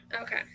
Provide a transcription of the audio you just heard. Okay